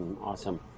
Awesome